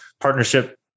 partnership